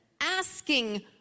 asking